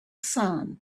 sun